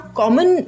common